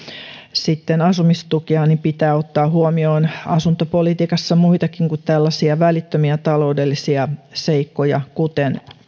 sitten asumistukea niin pitää ottaa huomioon asuntopolitiikassa muitakin kuin tällaisia välittömiä taloudellisia seikkoja kuten